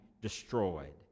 destroyed